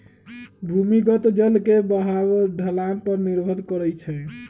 भूमिगत जल के बहाव ढलान पर निर्भर करई छई